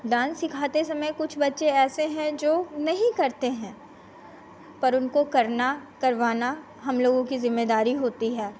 dance सिखाते समय कुछ बच्चे ऐसे हैं जो नहीं करते हैं पर उनको करना करवाना हम लोगों की ज़िम्मेदारी होती है